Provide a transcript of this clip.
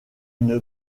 une